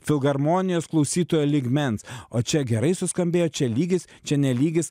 filharmonijos klausytojo lygmens o čia gerai suskambėjo čia lygis čia ne lygis